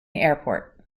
airport